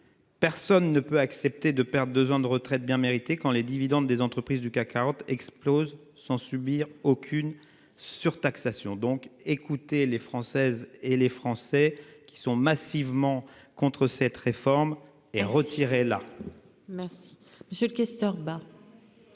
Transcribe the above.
Personne ne peut accepter de perdre 2 ans de retraite bien méritée. Quand les dividendes des entreprises du CAC 40 explosent sans subir aucune surtaxation donc écouté les Françaises et les Français qui sont massivement contre cette réforme est retiré là. Merci monsieur le questeur bah.